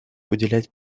уделять